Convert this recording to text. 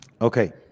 Okay